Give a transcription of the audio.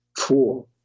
four